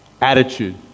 Attitude